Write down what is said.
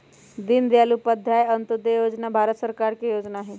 दीनदयाल उपाध्याय अंत्योदय जोजना भारत सरकार के जोजना हइ